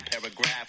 paragraph